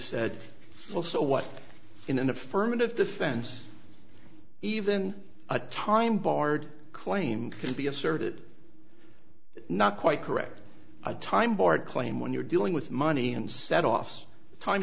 said well so what in an affirmative defense even a time barred claim can be asserted not quite correct a time board claim when you're dealing with money and set off time